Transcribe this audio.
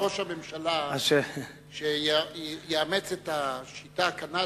אולי תשכנע את ראש הממשלה שיאמץ את השיטה הקנדית,